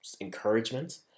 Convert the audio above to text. encouragement